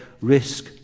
risk